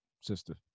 sister